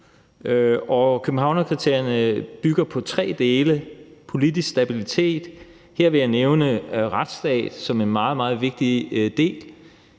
Og Københavnskriterierne bygger på tre dele. Den ene del handler om politisk stabilitet, og her vil jeg nævne retsstaten som en meget, meget vigtig del.